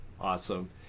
awesome